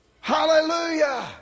Hallelujah